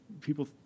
people